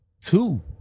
Two